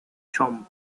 sean